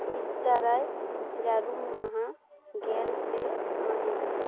ᱛᱤᱥ ᱫᱟᱨᱟᱭ ᱡᱟᱨᱩᱢ ᱢᱟᱦᱟ ᱜᱮᱞ ᱯᱮ ᱢᱟᱹᱦᱤᱛ